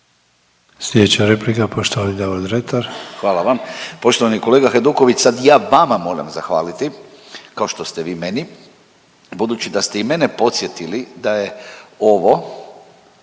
Sljedeća replika poštovani Davor Dretar. **Dretar, Davor (DP)** Hvala vam. Poštovani kolega Hajduković sad ja vama moram zahvaliti kao što ste vi meni budući da ste i mene podsjetili da je ovo